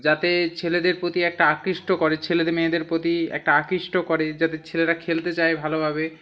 যাতে ছেলেদের প্রতি একটা আকৃষ্ট করে ছেলেদের মেয়েদের প্রতি একটা আকৃষ্ট করে যাতে ছেলেরা খেলতে চায় ভালোভাবে